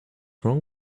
wrong